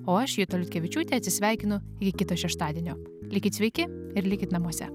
o aš juta liutkevičiūtė atsisveikinu iki kito šeštadienio likit sveiki ir likit namuose